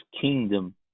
kingdom